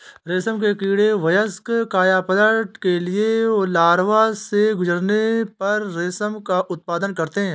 रेशम के कीड़े वयस्क कायापलट के लिए लार्वा से गुजरने पर रेशम का उत्पादन करते हैं